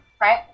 right